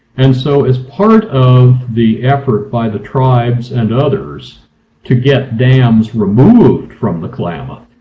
and so as part of the effort by the tribes and others to get dams removed from the klamath,